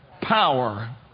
power